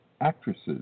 actresses